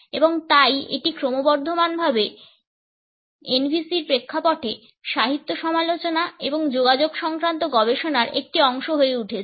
এবং তাই এটি ক্রমবর্ধমানভাবে NVC এর প্রেক্ষাপটে সাহিত্য সমালোচনা এবং যোগাযোগ সংক্রান্ত গবেষণার একটি অংশ হয়ে উঠছে